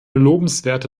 lobenswerte